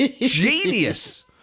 genius